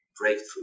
breakthrough